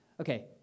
okay